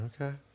okay